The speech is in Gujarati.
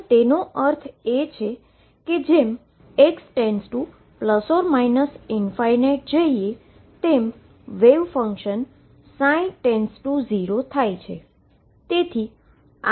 તેનો અર્થ એ કે જેમ x→±∞ જઈએ તેમ વેવ ફંક્શન ψ→0 થાય છે